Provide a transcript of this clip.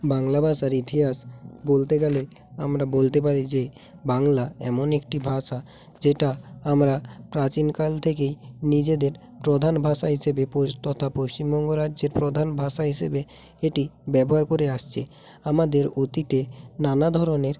বাংলা ভাষার ইতিহাস বলতে গেলে আমরা বলতে পারি যে বাংলা এমন একটি ভাষা যেটা আমরা প্রাচীনকাল থেকেই নিজেদের প্রধান ভাষা হিসেবে পোস তথা পশ্চিমবঙ্গ রাজ্যের প্রধান ভাষা হিসেবে এটি ব্যবহার করে আসছি আমাদের অতীতে নানা ধরনের